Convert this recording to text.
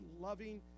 loving